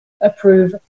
approve